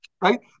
Right